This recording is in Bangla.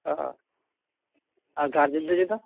ও আর গার্জেনদের জন্য